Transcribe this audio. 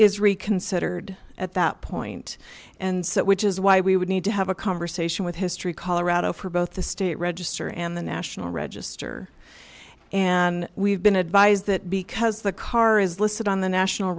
reconsidered at that point and so which is why we would need to have a conversation with history colorado for both the state register and the national register and we've been advised that because the car is listed on the national